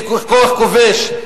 ככוח כובש,